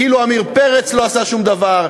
כאילו עמיר פרץ לא עשה שום דבר,